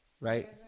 right